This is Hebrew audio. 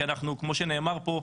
כי כמו שנאמר פה,